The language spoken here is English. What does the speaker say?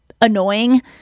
annoying